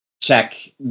Check